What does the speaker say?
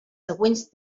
següents